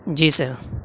جی سر